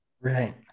Right